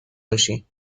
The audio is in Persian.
باشید